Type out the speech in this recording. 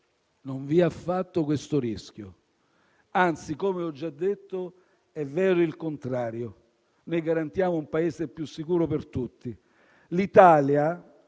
Non vi è affatto questo rischio; anzi, come ho già detto, è vero il contrario: noi garantiamo un Paese più sicuro per tutti. L'Italia,